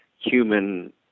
human